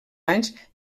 anys